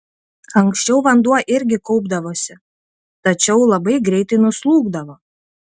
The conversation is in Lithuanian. anksčiau vanduo irgi kaupdavosi tačiau labai greitai nuslūgdavo